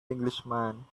englishman